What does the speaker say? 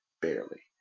Barely